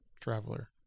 traveler